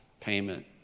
payment